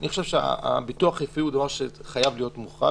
אני חושב שהביטוח הרפואי הוא דבר שחייב להיות מוחרג,